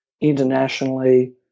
internationally